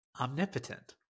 Omnipotent